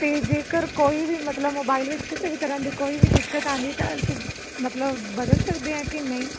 ਅਤੇ ਜੇਕਰ ਕੋਈ ਵੀ ਮਤਲਬ ਮੋਬਾਈਲ ਵਿੱਚ ਕਿਸੇ ਵੀ ਤਰ੍ਹਾਂ ਦੀ ਕੋਈ ਵੀ ਦਿੱਕਤ ਆਉਂਦੀ ਤਾਂ ਤੁਸੀਂ ਮਤਲਬ ਬਦਲ ਸਕਦੇ ਆਂ ਕਿ ਨਹੀਂ